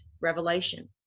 revelation